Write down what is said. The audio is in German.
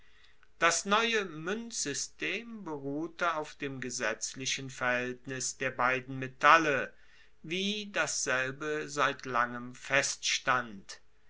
das neue muenzsystem beruhte auf dem gesetzlichen verhaeltnisse der beiden metalle wie dasselbe seit langem feststand